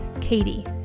Katie